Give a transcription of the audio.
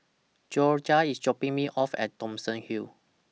Jorja IS dropping Me off At Thomson Hill